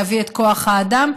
להביא את כוח האדם,